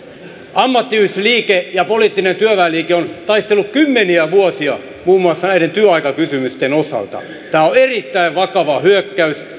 ammattiyhdistysliike ja poliittinen työväenliike ovat taistelleet kymmeniä vuosia muun muassa näiden työaikakysymysten osalta tämä on erittäin vakava hyökkäys